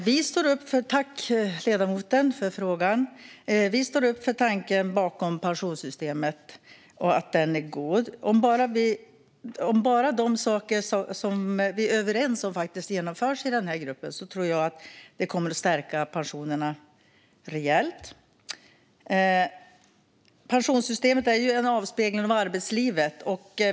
Herr talman! Tack, ledamoten, för frågan! Vi står upp för tanken bakom pensionssystemet och tycker att den är god. Om bara de saker som vi är överens om i Pensionsgruppen faktiskt genomförs tror jag att det kommer att stärka pensionerna rejält. Pensionssystemet är en avspegling av arbetslivet.